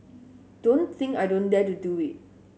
don't think I don't dare to do it